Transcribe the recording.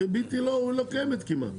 אבל הריבית לא קיימת כמעט.